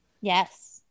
Yes